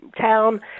town